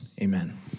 Amen